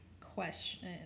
question